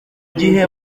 gihe